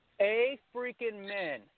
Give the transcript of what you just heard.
A-freaking-men